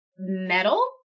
metal